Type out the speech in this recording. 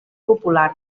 popular